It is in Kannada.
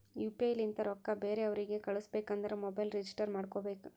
ಯು ಪಿ ಐ ಲಿಂತ ರೊಕ್ಕಾ ಬೇರೆ ಅವ್ರಿಗ ಕಳುಸ್ಬೇಕ್ ಅಂದುರ್ ಮೊಬೈಲ್ ರಿಜಿಸ್ಟರ್ ಮಾಡ್ಕೋಬೇಕ್